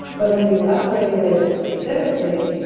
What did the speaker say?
but when you up-regulate it specifically,